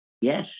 Yes